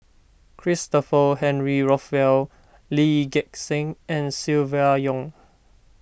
Christopher Henry Rothwell Lee Gek Seng and Silvia Yong